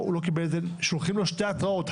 שולחים לו שתי התראות,